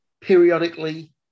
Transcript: periodically